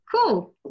Cool